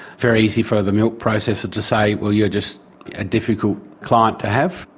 very easy for the milk processor to say, well, you are just a difficult client to have,